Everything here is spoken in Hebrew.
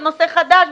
ונושא חדש,